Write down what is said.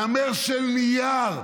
נמר של נייר.